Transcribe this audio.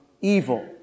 evil